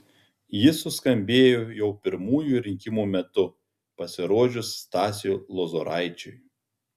ji suskambėjo jau pirmųjų rinkimų metu pasirodžius stasiui lozoraičiui